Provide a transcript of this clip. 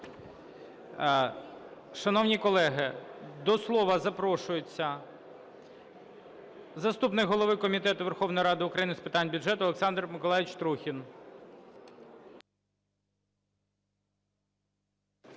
Шановні колеги, до слова запрошується заступник голови Комітету Верховної Ради України з питань бюджету Олександр Миколайович Трухін.